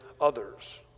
others